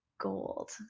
gold